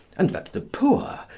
and that the poor,